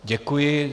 Děkuji.